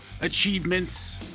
achievements